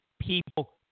people